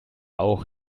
auch